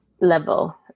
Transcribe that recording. level